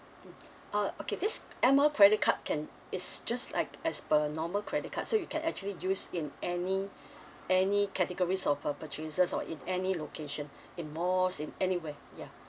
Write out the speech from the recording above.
uh okay this air miles credit card can it's just like as per normal credit card so you can actually use in any any categories of the purchases or in any location in malls in anywhere ya